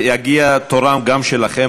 יגיע גם תורכם.